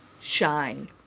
shine